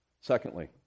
Secondly